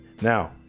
now